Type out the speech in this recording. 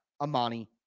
Amani